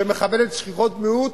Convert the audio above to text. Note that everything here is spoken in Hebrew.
שמכבדת זכויות מיעוט,